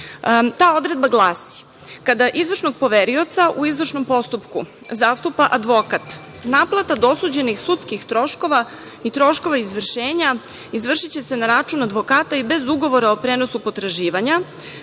odredba glasi – kada izvršnog poverioca u izvršnom postupku zastupa advokat, naplata dosuđenih sudskih troškova i troškova izvršenja izvršiće se na račun advokata i bez ugovora o prenosu potraživanja,